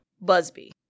Busby